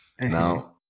now